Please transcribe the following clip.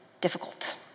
difficult